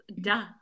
Duh